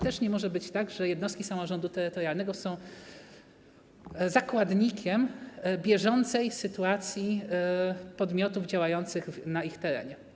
Też nie może być tak, że jednostki samorządu terytorialnego są zakładnikiem bieżącej sytuacji podmiotów działających na ich terenie.